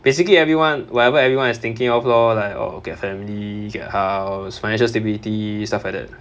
basically everyone whatever everyone is thinking of lor like oh get a family get a house financial stability stuff like that